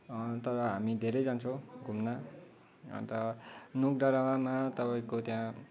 तर हामी घेरै जान्छौँ घुम्न अन्त नोक डाँडामा तपाईँको त्यहाँ